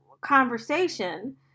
conversation